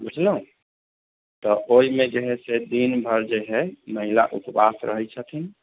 बुझलहुँ तऽ ओहिमे जे है से दिन भरि जे है महिला उपवास रहैत छथिन